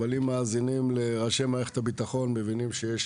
אבל אם מאזינים לראשי מערכת הביטחון מבינים שיש